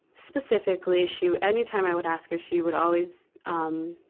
specifically, she wou, anytime i would ask her, she would always, um,